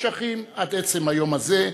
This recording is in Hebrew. נמשכים עד עצם היום הזה,